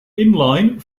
inline